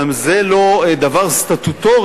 גם זה לא דבר סטטוטורי,